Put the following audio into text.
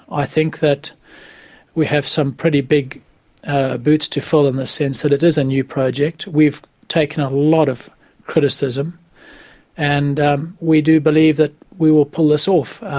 i think that we have some pretty big ah boots to fill in the sense that it is a new project. we've taken a lot of criticism and we do believe that we will pull this off.